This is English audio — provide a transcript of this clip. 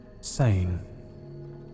sane